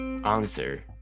answer